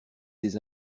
des